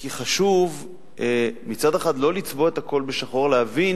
כי חשוב מצד אחד לא לצבוע את הכול בשחור, להבין